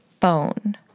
phone